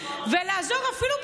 נכון.